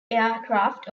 aircraft